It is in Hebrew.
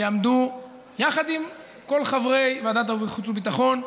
שיחד עם כל חברי ועדת החוץ והביטחון,